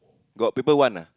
got people one ah